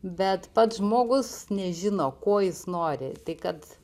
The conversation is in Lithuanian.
bet pats žmogus nežino ko jis nori tai kad